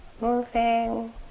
moving